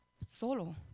solo